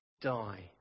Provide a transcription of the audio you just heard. die